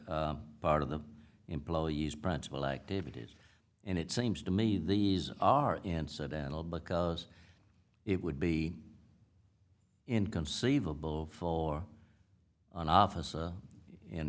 part of the employee's principal activities and it seems to me these are incidental because it would be inconceivable for office in